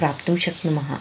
प्राप्तुं शक्नुमः